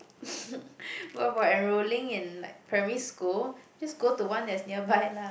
but for enrolling in like primary school just go to one that's nearby lah